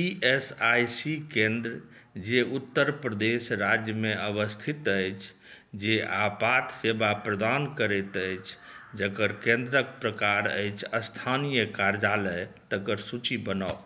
E S I C केंद्र जे उत्तर प्रदेश राज्यमे अवस्थित अछि जे आपात सेवा प्रदान करैत अछि जकर केंद्रक प्रकार अछि स्थानीय कर्यालय तकर सूची बनाउ